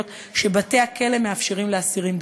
שבתי-הכלא מאפשרים לאסירים דתיים.